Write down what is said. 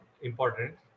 important